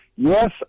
Yes